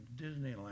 Disneyland